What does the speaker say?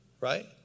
right